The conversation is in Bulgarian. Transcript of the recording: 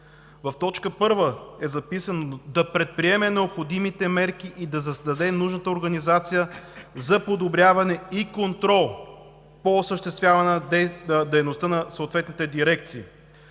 В т. 1 е записано: „да предприеме необходимите мерки и да създаде нужната организация за подобряване и контрол по осъществяване на дейността на съответните дирекции.